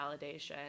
validation